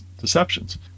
deceptions